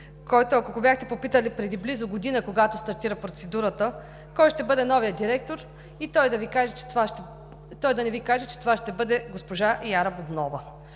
който, ако го бяхте попитали преди близо година, когато стартира процедурата: кой ще бъде новият директор и той да не Ви каже, че това ще бъде госпожа Яра Бубнова.